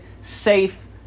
safe